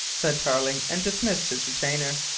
said tarling, and dismissed his retainer.